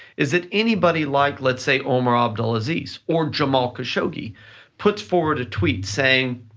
is that anybody like let's say, omar abdulaziz or jamal khashoggi puts forward a tweet saying,